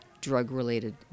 drug-related